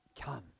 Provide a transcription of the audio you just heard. come